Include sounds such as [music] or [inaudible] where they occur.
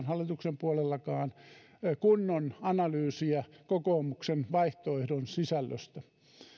[unintelligible] hallituksen puolellakaan kunnon analyysiä kokoomuksen vaihtoehdon sisällöstä